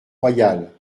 royale